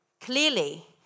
Clearly